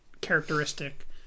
characteristic